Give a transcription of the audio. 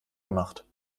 gemacht